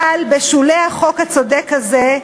אבל בשולי החוק הצודק הזה,